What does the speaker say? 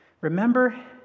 Remember